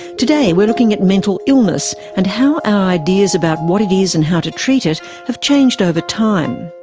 today we're looking at mental illness and how our ideas about what it is and how to treat it have changed over time.